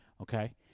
Okay